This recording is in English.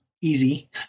easy